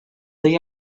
اگر